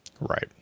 Right